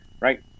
right